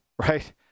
right